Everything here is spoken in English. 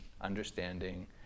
understanding